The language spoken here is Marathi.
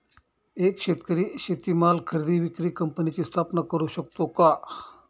एक शेतकरी शेतीमाल खरेदी विक्री कंपनीची स्थापना करु शकतो का?